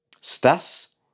Stas